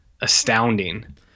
astounding